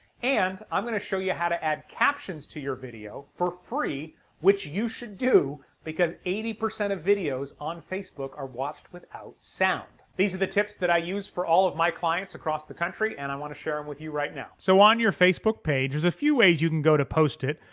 and i'm gonna show you how to add captions to your video for free which you should do because eighty five percent of videos on facebook are watched without sound. these are the tips that i use for all of my clients across the country and i want to share them with you right now so on your facebook page there's a few ways you can go to post it.